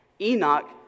Enoch